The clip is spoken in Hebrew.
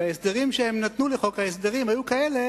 וההסברים שהם נתנו לחוק ההסדרים היו כאלה